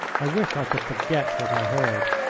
i wish i could forget what i heard.